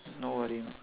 nobody